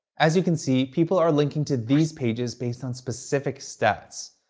as you can see, people are linking to these pages based on specific stats.